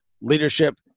leadership